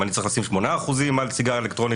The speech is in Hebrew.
אם אני צריך לשים 8% או 10% על סיגריה אלקטרונית,